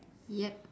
yup